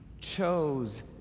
chose